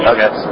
Okay